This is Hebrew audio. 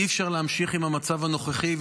אי-אפשר להמשיך עם המצב הנוכחי,